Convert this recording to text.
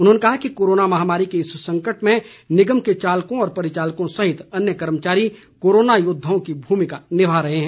उन्होंने कहा कि कोरोना माहामारी के इस संकट में निगम के चालकों व परिचालकों सहित अन्य कर्मचारी कोरोना योद्वाओं की भूमिका निभा रहे हैं